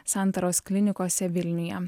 santaros klinikose vilniuje